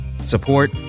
support